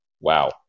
wow